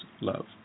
love